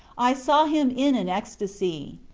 i saw him in an ecstasy.